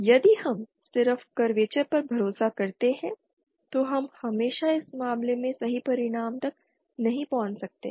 यदि हम सिर्फ करवेचर पर भरोसा करते हैं तो हम हमेशा इस मामले में सही परिणाम तक नहीं पहुंच सकते हैं